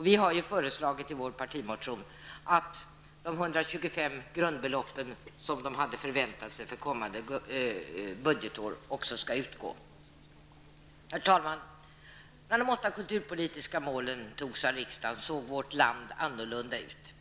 Vi har i vår partimotion föreslagit att de 125 grundbelopp som de hade förväntat sig för kommande budgetår också utgår. Herr talman! När de åtta kulturpolitiska målen antogs av riksdagen såg vårt samhälle helt annorlunda ut.